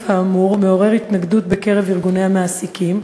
האמור מעורר התנגדות בקרב ארגוני המעסיקים,